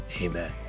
Amen